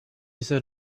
set